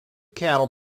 cattle